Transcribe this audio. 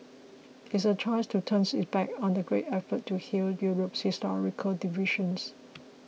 it's a choice to turn its back on the great effort to heal Europe's historical divisions